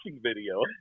video